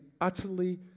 utterly